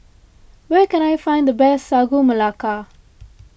where can I find the best Sagu Melaka